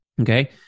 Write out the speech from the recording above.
okay